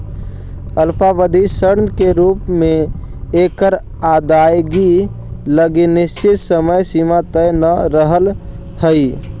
अल्पावधि ऋण के रूप में एकर अदायगी लगी निश्चित समय सीमा तय न रहऽ हइ